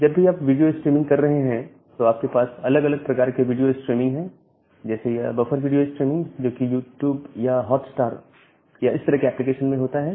जब भी आप वीडियो स्ट्रीमिंग कर रहे हैं तो आपके पास अलग अलग प्रकार के वीडियो स्ट्रीमिंग हैं जैसे यह बफर वीडियो स्ट्रीमिंग जोकि यूट्यूब या हॉटस्टार या इस तरह के एप्लीकेशन में होता है